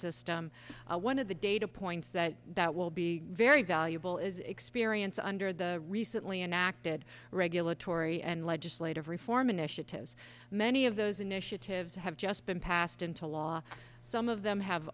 system one of the data points that that will be very valuable is experience under the recently enacted regulatory and legislative reform initiatives many of those initiatives have just been passed into law some of them have